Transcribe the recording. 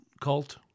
cult